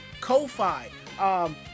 ko-fi